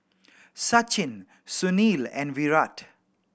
Sachin Sunil and Virat